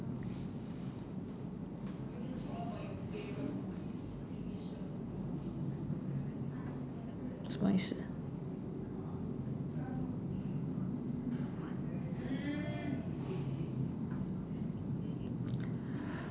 what is s~